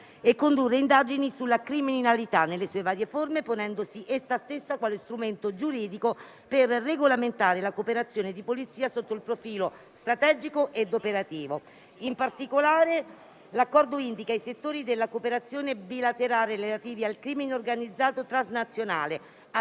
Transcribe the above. e condurre indagini sulla criminalità nelle sue varie forme, ponendosi quale strumento giuridico per regolamentare la cooperazione di polizia sotto il profilo strategico ed operativo. In particolare, l'Accordo indica i settori della cooperazione bilaterale relativi al crimine organizzato transnazionale,